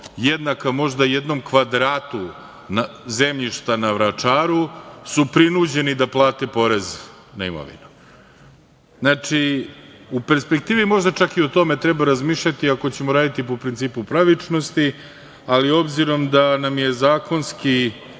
jednaka možda jednom kvadratu zemljišta na Vračaru, su prinuđeni da plate porez na imovinu. Znači, u perspektivi možda čak i o tome treba razmišljati ako ćemo raditi po principu pravičnosti, ali obzirom da nam je zakonski